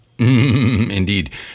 Indeed